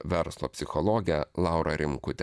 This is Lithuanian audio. verslo psichologė laura rimkutė